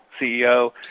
CEO